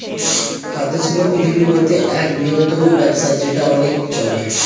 খাদ্য শিল্প পৃথিবীর মধ্যে এক বৃহত্তম ব্যবসা যেটা অনেক চলে